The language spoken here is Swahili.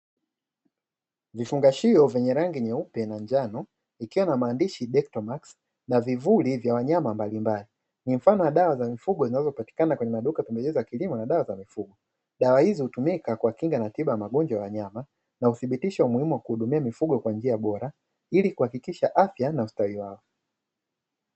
Vifungashio vyenye rangi nyeupe na njano, vikiwa na maandishi ''Dectomax'' na vivuli vya wanyama mbalimbali. Ni mfano wa dawa za mifugo zinazopatikana kwenye maduka ya pembejeo za kilimo na dawa za mifugo. Dawa hizi hutumika kwa kinga na tiba ya magonjwa kwa wanyama, na huthibitisha umuhimu wa kuhudumia mifugo kwa njia bora, ili kuhakikisha afya na ustawi wao.